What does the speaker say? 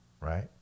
right